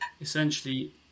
essentially